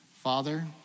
Father